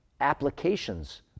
applications